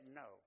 no